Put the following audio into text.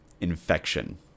Infection